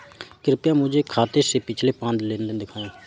कृपया मुझे मेरे खाते से पिछले पांच लेन देन दिखाएं